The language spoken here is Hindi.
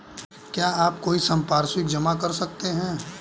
क्या आप कोई संपार्श्विक जमा कर सकते हैं?